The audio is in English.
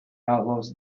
outlaws